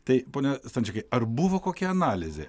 tai pone stančikai ar buvo kokia analizė